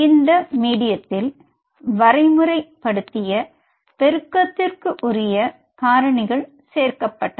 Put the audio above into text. இந்த மீடியதில் வரைமுறை படுத்திய பெருக்கத்திற்குரிய காரணிகள் சேர்க்க பட்டன